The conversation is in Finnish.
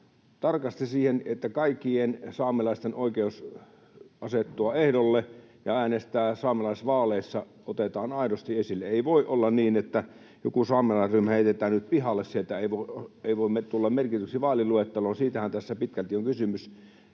kantaa siihen, että kaikkien saamelaisten oikeus asettua ehdolle ja äänestää saamelaisvaaleissa otetaan aidosti esille. Ei voi olla niin, että joku saamelaisryhmä heitetään nyt pihalle, ei voi tulla merkityksi vaaliluetteloon. Siitähän tässä pitkälti on kysymys,